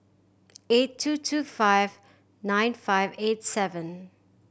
eight two two five nine five eight seven